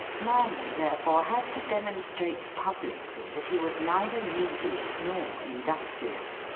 man, therefore, had to demonstrate publicly that he was neither needy nor industrious.